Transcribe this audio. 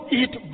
eat